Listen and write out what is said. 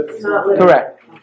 Correct